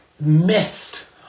missed